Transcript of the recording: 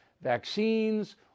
vaccines